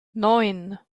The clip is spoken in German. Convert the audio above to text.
neun